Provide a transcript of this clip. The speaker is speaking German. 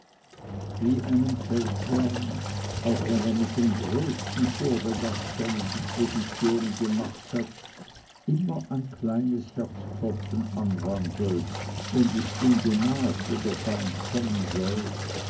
wie einen feldherrn auch wenn er mit dem größten vorbedacht seine dispositionen gemacht hat immer ein kleines herzklopfen anwandelt wenn die stunde naht wo der feind kommen soll